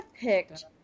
picked